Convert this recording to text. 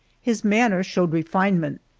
his manner showed refinement,